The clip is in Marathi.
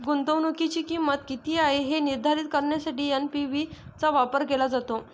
गुंतवणुकीची किंमत किती आहे हे निर्धारित करण्यासाठी एन.पी.वी चा वापर केला जातो